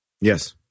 Yes